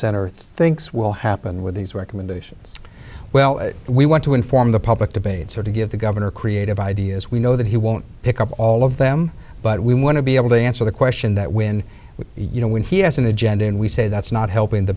center thinks will happen with these recommendations well we want to inform the public debates or to give the governor creative ideas we know that he won't pick up all of them but we want to be able to answer the question that when we you know when he has an agenda and we say that's not helping the